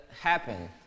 happen